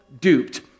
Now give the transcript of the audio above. duped